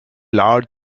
large